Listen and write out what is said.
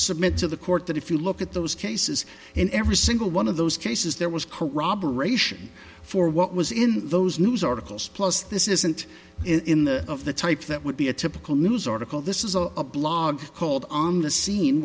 submit to the court that if you look at those cases in every single one of those cases there was corroboration for what was in those news articles plus this isn't in the of the type that would be a typical news article this is a blog called on the scene